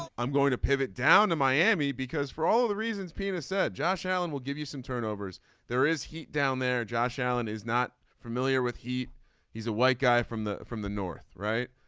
um i'm going to pivot down to miami because for all of the reasons pete has said josh allen will give you some turnovers there is heat down there josh allen is not familiar with heat he's a white guy from the from the north right.